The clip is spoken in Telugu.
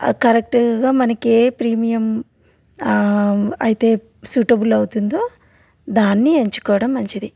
కరెక్ట్గా మనకి ఏ ప్రీమియం అయితే సూటబుల్ అవుతుందో దాన్ని ఎంచుకోవడం మంచిది